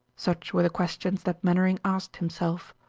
such were the questions that mainwaring asked himself.